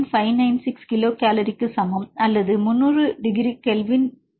596 kilo கலோரிக்கு சமம் அல்லது 300 degree Kelvin ln k minus 0